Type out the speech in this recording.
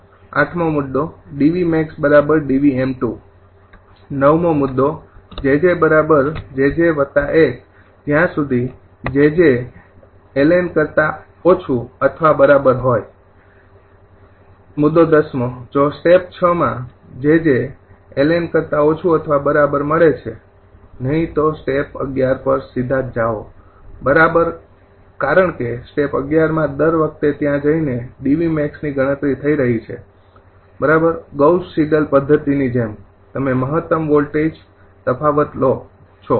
૮ 𝐷𝑉𝑀𝐴𝑋𝐷𝑉𝑚૨ ૯ 𝑗𝑗𝑗𝑗૧ જ્યાં સુધી 𝑗𝑗 ≤ 𝐿𝑁 ૧૦ જો સ્ટેપ ૬ માં 𝑗𝑗 ≤ 𝐿𝑁 મળે છે નહીં તો સ્ટેપ ૧૧ પર સીધા જ જાઓ બરાબર કારણ કે સ્ટેપ ૧૧ માં દર વખતે ત્યાં જઈ ને 𝐷𝑉𝑀𝐴𝑋 ની ગણતરી થઇ રહી છે બરાબર ગૌસ સીડલ પદ્ધતિની જેમ તમે મહત્તમ વોલ્ટેજ તફાવત લો છો